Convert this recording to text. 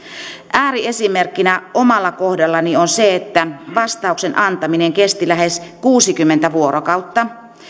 ääriesimerkkinä omalla kohdallani on se että vastauksen antaminen kesti lähes kuusikymmentä vuorokautta